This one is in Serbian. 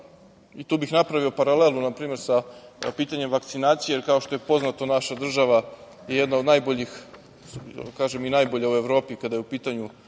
Tu bih napravio paralelu npr. sa pitanjem vakcinacije. Kao što je poznato, naša država je jedna od najboljih, da kažem i najbolja u Evropi kada je u pitanju vakcinacija,